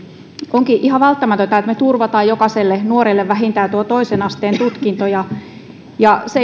onkin ihan välttämätöntä että me turvaamme jokaiselle nuorelle vähintään tuon toisen asteen tutkinnon ja se